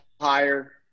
higher